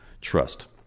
trust